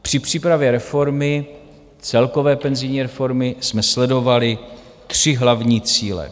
Při přípravě celkové penzijní reformy jsme sledovali tři hlavní cíle.